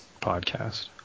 podcast